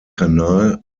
kanal